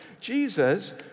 Jesus